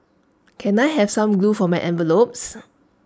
can I have some glue for my envelopes